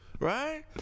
Right